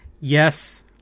yes